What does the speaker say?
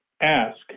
ask